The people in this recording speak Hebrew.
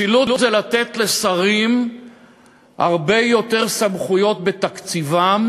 משילות זה לתת לשרים הרבה יותר סמכויות בתקציבם,